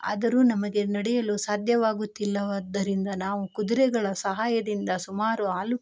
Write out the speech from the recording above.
ಆದರೂ ನಮಗೆ ನಡೆಯಲು ಸಾಧ್ಯವಾಗುತ್ತಿಲ್ಲವಾದ್ದರಿಂದ ನಾವು ಕುದುರೆಗಳ ಸಹಾಯದಿಂದ ಸುಮಾರು ಆಲು